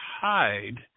hide